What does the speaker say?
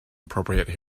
appropriate